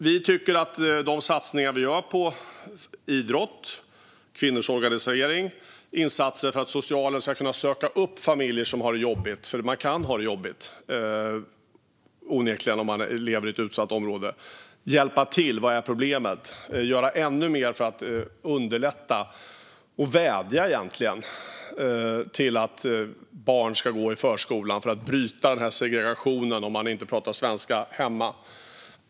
Vi gör satsningar på idrott och kvinnors organisering och på insatser för att socialen ska kunna söka upp familjer som har det jobbigt - man kan onekligen ha det jobbigt om man lever i ett utsatt område - och hjälpa till med problemet och göra ännu mer för att underlätta och egentligen vädja om att barn ska gå i förskolan för att bryta segregationen om de inte pratar svenska hemma.